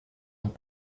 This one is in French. ont